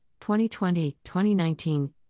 2020-2019